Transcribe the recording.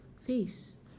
face